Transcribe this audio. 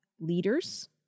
leaders